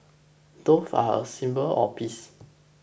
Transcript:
doves are a symbol of peace